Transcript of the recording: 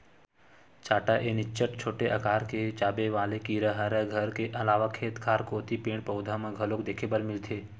चाटा ए निच्चट छोटे अकार के चाबे वाले कीरा हरय घर के अलावा खेत खार कोती पेड़, पउधा म घलोक देखे बर मिलथे